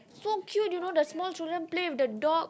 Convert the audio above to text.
so cute you know the small children play with the dog